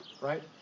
right